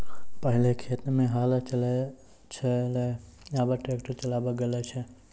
पहिलै खेत मे हल चलै छलै आबा ट्रैक्टर चालाबा लागलै छै